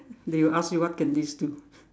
they will ask you what can this do